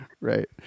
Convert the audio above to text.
right